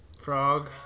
frog